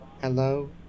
hello